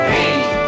Hey